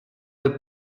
del